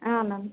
ಆಂ ma'am